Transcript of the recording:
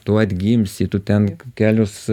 tu atgimsi tu ten kelios